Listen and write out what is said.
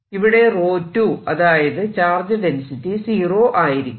ഇവിടെ 𝜌2 അതായത് charge density zero ആയിരിക്കും